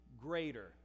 greater